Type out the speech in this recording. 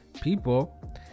people